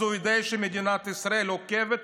אז הוא יודע שמדינת ישראל עוקבת,